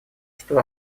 что